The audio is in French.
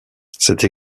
cette